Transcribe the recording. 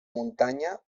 muntanya